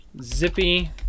Zippy